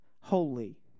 holy